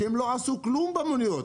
כשהם לא עשו כלום במוניות,